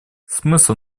смысл